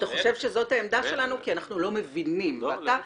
שאתה חושב שהעמדה שלנו היא כזאת כי אנחנו לא מבינים ואם